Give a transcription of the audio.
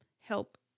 help